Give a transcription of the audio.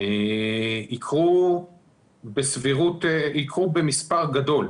יקרו במספר גדול.